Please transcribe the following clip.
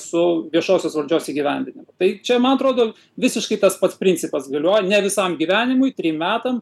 su viešosios valdžios įgyvendinimu tai čia man atrodo visiškai tas pats principas galioja ne visam gyvenimui trim metam